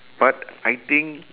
but I think